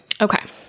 Okay